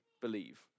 believe